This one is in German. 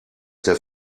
der